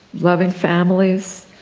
loving families.